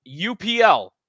UPL